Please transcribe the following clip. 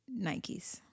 nikes